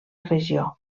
regió